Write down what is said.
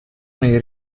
nei